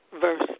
verse